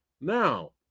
Now